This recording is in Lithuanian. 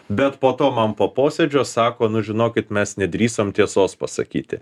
bet po to man po posėdžio sako nu žinokit mes nedrįsom tiesos pasakyti